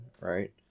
Right